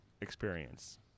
experience